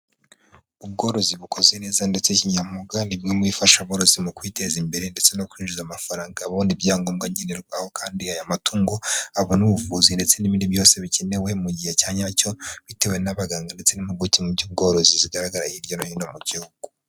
Ubworozi bukoze neza ndetse kinyamwuga ni bimwe mu bifasha aborozi mu kwiteza imbere ndetse no kwinjiza amafaranga, abona ibyangombwa nkenerwa, aho kandi aya matungo abona ubuvuzi ndetse n'ibindi byose bikenewe mu gihe cyanyacyo bitewe n'abaganga ndetse n'impuguke mu by'ubworozi zigaragara hirya no hino mu gihugu.